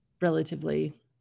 relatively